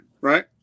right